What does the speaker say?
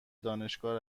دانشگاه